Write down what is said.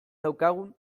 daukagun